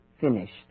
finished